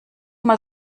mal